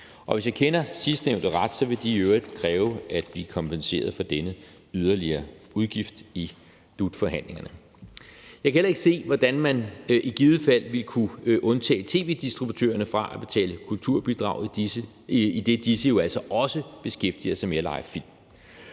Og hvis jeg kender sidstnævnte ret, vil de i øvrigt kræve, at vi kompenserede for denne yderligere udgift i dut-forhandlingerne. Jeg kan heller ikke se, hvordan man i givet fald ville kunne undtage tv-distributørerne fra at betale kulturbidrag, idet disse jo altså også beskæftiger sig med at leje film.